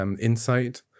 insight